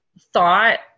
thought